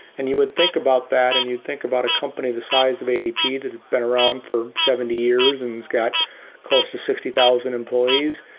and you would think about that and you think about a company the size of adp that had around for seventy years and has got close to sixty thousand employees,